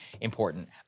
important